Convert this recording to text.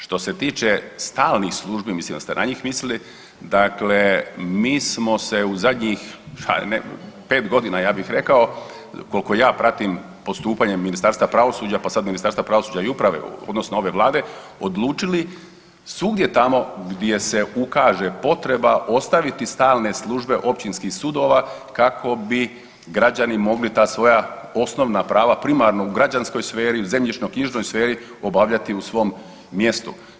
Što se tiče stalnih službi mislim da ste na njih mislili, dakle mi smo se u zadnjih 5 godina ja bih rekao koliko ja pratim postupanje Ministarstva pravosuđa pa sad Ministarstva pravosuđa i uprave odnosno ove vlade, odlučili svugdje tamo gdje se ukaže potreba ostaviti stalne službe općinskih sudova kako bi građani mogli ta svoja osnovna prava primarno u građanskoj sferi, u zemljišno-knjižnoj sferi obavljati u svom mjestu.